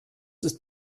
ist